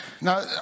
Now